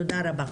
תודה רבה.